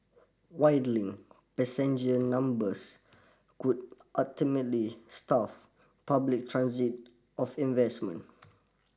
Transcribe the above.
dwindling passenger numbers could ultimately starve public transit of investment